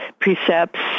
precepts